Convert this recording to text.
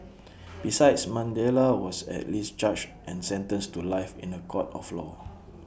besides Mandela was at least charged and sentenced to life in A court of law